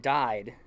died